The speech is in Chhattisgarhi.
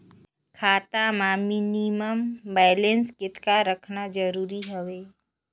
खाता मां मिनिमम बैलेंस कतेक रखना जरूरी हवय?